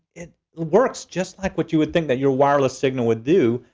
it works just like what you would think that your wireless signal would do.